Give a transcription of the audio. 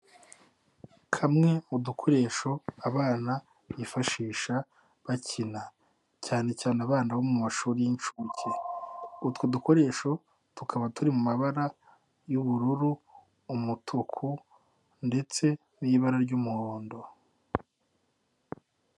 Kamwe mu dukoresho abana bifashisha bakina. Cyane cyane abana bo mu mashuri y'inshuke. Utwo dukoresho tukaba turi mu mabara y'ubururu, umutuku ndetse n'ibara ry'umuhondo.